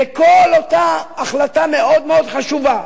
בכל אותה החלטה מאוד-מאוד חשובה